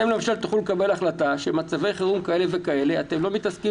אתם למשל תוכלו לקבל החלטה שבמצבי חירום כאלה ואחרים אתם לא מתעסקים